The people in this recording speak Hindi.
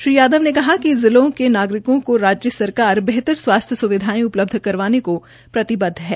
श्री यादव ने जिला के नागरिकों को राज्य सरकार बेहतर स्वास्थ्य उपलब्ध करवाने को प्रतिबद्ध है